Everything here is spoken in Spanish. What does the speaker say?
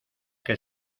que